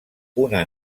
una